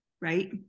right